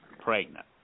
pregnant